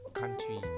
country